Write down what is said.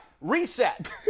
Reset